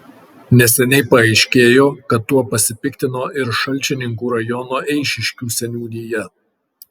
neseniai paaiškėjo kad tuo pasipiktino ir šalčininkų rajono eišiškių seniūnija